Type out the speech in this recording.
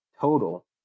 total